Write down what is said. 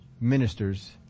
ministers